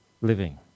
living